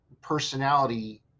personality